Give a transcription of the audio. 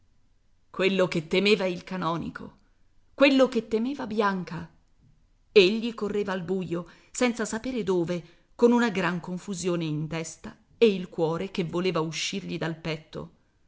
quello che temeva il canonico quello che temeva bianca egli correva al buio senza saper dove con una gran confusione in testa e il cuore che voleva uscirgli dal petto